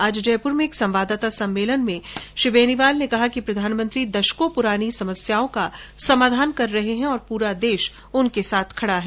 आज जयपुर में एक संवाददाता सम्मेलन में श्री बेनीवाल ने कहा कि प्रधानमंत्री दशकों पुरानी समस्याओं का समाधान कर रहे हैं और पूरा देश उनके साथ खड़ा है